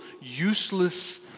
useless